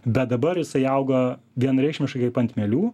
bet dabar jisai auga vienareikšmiškai kaip ant mielių